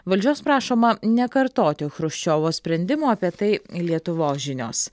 valdžios prašoma nekartoti chruščiovo sprendimo apie tai lietuvos žinios